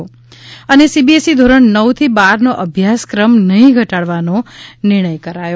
ે સીબીએસઈ ધોરણ નવ થી બારનો અભ્યાસક્રમ નહીં ઘટાડવાનો નિર્ણય કરાયો